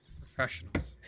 Professionals